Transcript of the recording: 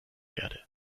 erde